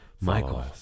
Michael